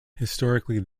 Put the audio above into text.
historically